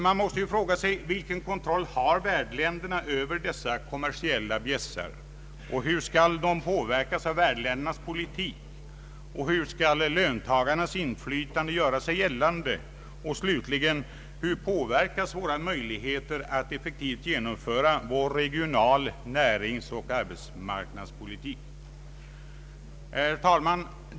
Man kan fråga sig vilken kontroll värdländerna har över dessa kommersiella bjässar. Hur skall de påverkas av värdländernas politik? Hur skall löntagarnas inflytande göra sig gällande? Och slutligen, hur påverkas våra möjligheter att effektivt genomföra vår regional-, näringsoch arbetsmarknadspolitik? Herr talman!